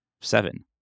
Seven